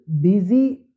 busy